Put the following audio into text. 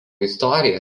istorija